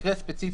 מקרה ספציפי,